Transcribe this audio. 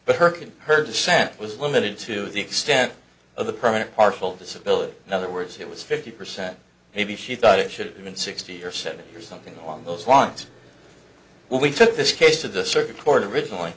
but her and her dissent was limited to the extent of the permanent partial disability in other words it was fifty percent maybe she thought it should have been sixty or seventy or something along those lines when we took this case to the circuit court of originally